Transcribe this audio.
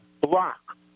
block